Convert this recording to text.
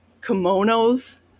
kimonos